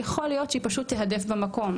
יכול להיות שהיא פשוט תיהדף במקום,